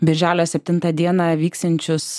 birželio septintą dieną vyksiančius